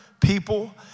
people